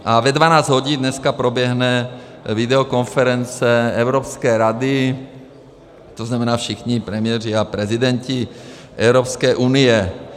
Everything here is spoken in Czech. A ve 12 hodin dneska proběhne videokonference Evropské rady, to znamená všichni premiéři a prezidenti Evropské unie.